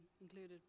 included